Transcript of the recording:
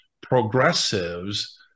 progressives